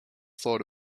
thought